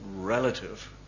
relative